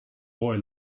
boy